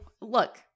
look